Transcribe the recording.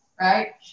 right